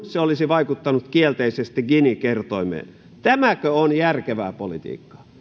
se olisi vaikuttanut kielteisesti gini kertoimeen tämäkö on järkevää politiikkaa